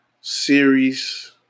series